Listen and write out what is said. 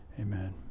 Amen